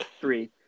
three